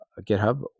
GitHub